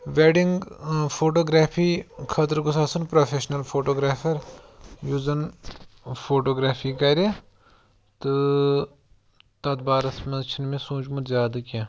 wedding ٲں photography خٲطرٕ گوٚژھ آسُن پرٛوفیشنَل فوٹوگرٛافَر یُس زَن فوٹوگرٛافی کَرِ تہٕ تَتھ بارَس منٛز چھُنہٕ مےٚ سوٗنٛچمُت زیادٕ کیٚنٛہہ